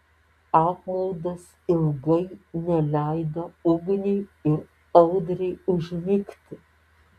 apmaudas ilgai neleido ugniui ir audriui užmigti